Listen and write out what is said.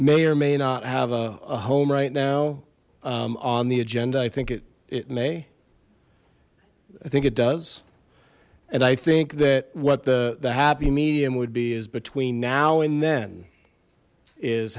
may or may not have a home right now on the agenda i think it it may i think it does and i think that what the the happy medium would be is between now and then is